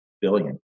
billion